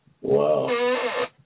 Wow